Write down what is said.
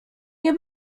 nie